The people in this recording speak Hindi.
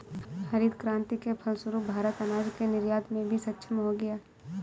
हरित क्रांति के फलस्वरूप भारत अनाज के निर्यात में भी सक्षम हो गया